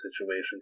situation